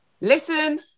listen